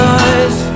eyes